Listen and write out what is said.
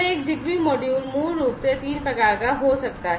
एक ZigBee module मूल रूप से 3 प्रकार का हो सकता है